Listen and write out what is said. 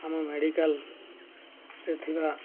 ଆମ ମେଡ଼ିକାଲ୍ରେ ଥିବା